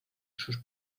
sus